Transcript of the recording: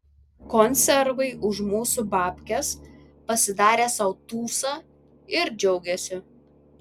konservai už mūsų babkes pasidarė sau tūsą ir džiaugiasi